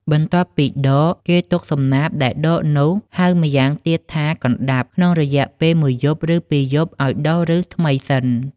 បន្ទាប់ពីដកគេទុកសំណាបដែលដកនោះ ហៅម្យ៉ាងទៀតថាកណ្តាប់ ក្នុងរយៈពេលមួយយប់ឬពីយប់ឲ្យដុះឫសថ្មីសិន។